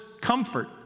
comfort